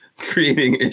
Creating